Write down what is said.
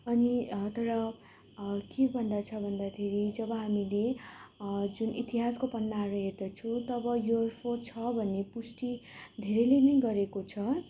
अनि तर के भन्दछ भन्दाखेरि जब हामीले जुन इतिहासको पन्नाहरू हेर्दछौँ तब युएफओ छ भन्ने पुष्टि धेरैले नै गरेको छ